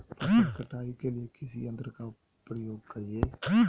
फसल कटाई के लिए किस यंत्र का प्रयोग करिये?